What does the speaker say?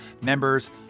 members